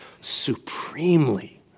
supremely